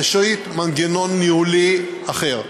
ראשית, מנגנון ניהולי אחר.